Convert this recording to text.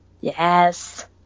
yes